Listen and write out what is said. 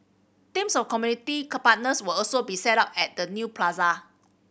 teams of community partners will also be set up at the new plaza